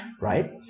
Right